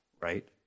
Right